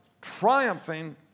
triumphing